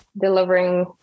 delivering